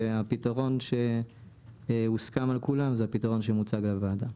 והפתרון שהוסכם על כולם זה הפתרון שמוצג לוועדה.